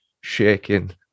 shaking